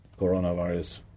coronavirus